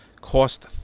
cost